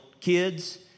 kids